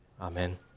Amen